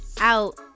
out